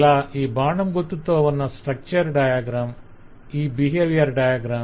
ఇలా ఈ బాణం గుర్తుతో ఉన్న స్ట్రక్చర్ డయాగ్రమ్ ఈ బిహేవియర్ డయాగ్రమ్